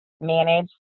manage